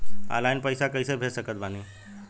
Online पैसा कैसे भेज सकत बानी?